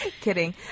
Kidding